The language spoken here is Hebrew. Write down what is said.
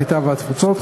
הקליטה והתפוצות,